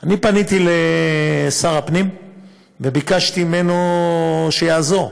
פניתי לשר הפנים וביקשתי ממנו שיעזור,